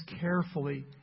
carefully